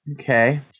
Okay